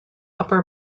upper